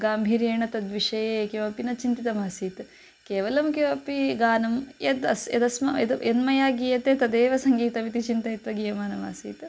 गाम्भीर्येण तद्विषये किमपि न चिन्तितमासीत् केवलं किमपि गानं यद् अस् यदस्माकं यद् यन्मया गीयते तदेव सङ्गीतमिति चिन्तयित्वा गीयमानमासीत्